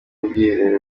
ubwiherero